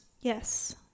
Yes